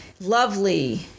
lovely